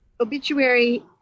Obituary